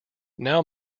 now